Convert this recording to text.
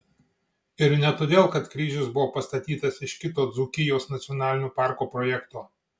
ir ne todėl kad kryžius buvo pastatytas iš kito dzūkijos nacionalinio parko projekto